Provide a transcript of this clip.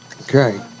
Okay